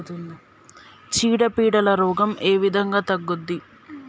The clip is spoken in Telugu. చీడ పీడల రోగం ఏ విధంగా తగ్గుద్ది?